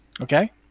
Okay